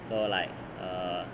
so like err